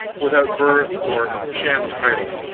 without birth or sham title,